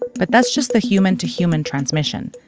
but that's just the human to human transmission,